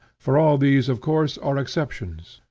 for all these of course are exceptions,